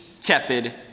tepid